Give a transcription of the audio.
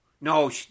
No